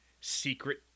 secret